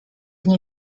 nie